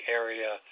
area